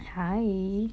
hi